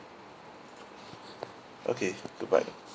okay bye bye